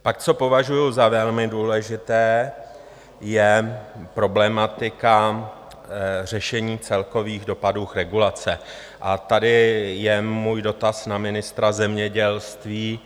Pak co považuji za velmi důležité, je problematika řešení celkových dopadů regulace, a tady je můj dotaz na ministra zemědělství.